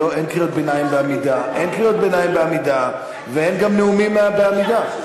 אין קריאות ביניים בעמידה ואין גם נאומים בעמידה.